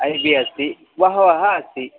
I बि अस्ति बहवः अस्ति